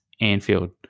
Anfield